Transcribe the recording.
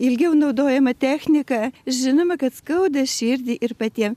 ilgiau naudojama technika žinoma kad skauda širdį ir patiem